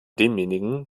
demjenigen